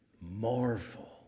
Marvel